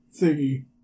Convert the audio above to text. thingy